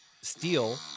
steel